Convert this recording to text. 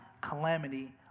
calamity